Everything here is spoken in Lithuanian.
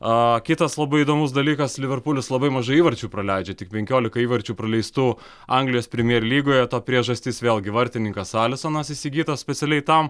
a kitas labai įdomus dalykas liverpulis labai mažai įvarčių praleidžia tik penkiolika įvarčių praleistų anglijos premjer lygoje to priežastis vėlgi vartininkas alisonas įsigytas specialiai tam